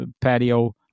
patio